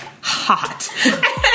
hot